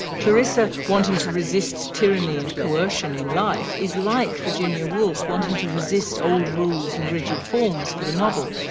clarissa wanting to resist tyranny and coercion in life is like virginia woolf wanting to resist old rules and rigid forms for the novel.